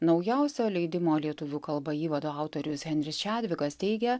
naujausio leidimo lietuvių kalba įvado autorius henris šedvikas teigia